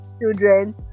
children